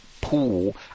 pool